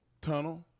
tunnel